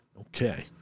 Okay